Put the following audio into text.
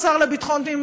השר לביטחון פנים,